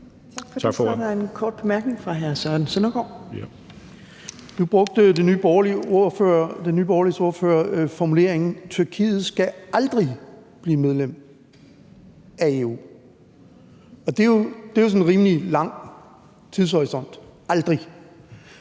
Nu brugte Nye Borgerliges ordfører formuleringen »Tyrkiet skal aldrig være medlem af EU«. Og »aldrig« er jo sådan en rimelig lang tidshorisont. Betyder